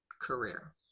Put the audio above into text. career